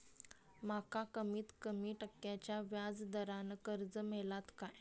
माका कमीत कमी टक्क्याच्या व्याज दरान कर्ज मेलात काय?